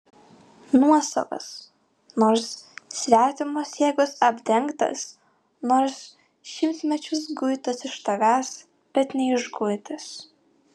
nuosavas nors svetimos jėgos apdengtas nors šimtmečius guitas iš tavęs bet neišguitas